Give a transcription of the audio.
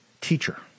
teacher